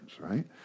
right